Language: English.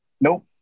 Nope